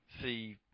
see